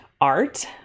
art